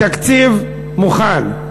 התקציב מוכן,